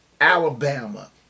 Alabama